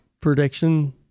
prediction